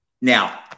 Now